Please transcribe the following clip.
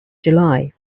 july